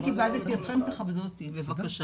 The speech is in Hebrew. תכבדו אותי בבקשה